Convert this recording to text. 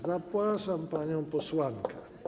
Zapraszam panią posłankę.